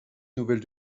nouvelles